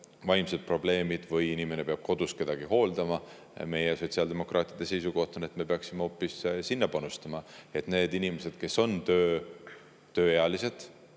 vaimsed probleemid või inimene peab kodus kedagi hooldama. Meie, sotsiaaldemokraatide seisukoht on see, et me peaksime hoopis sinna panustama, et need inimesed, kes on tööealised